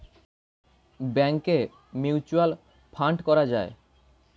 ব্যাংকে mutual fund করা যায়